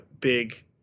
big